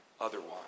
otherwise